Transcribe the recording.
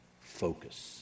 focus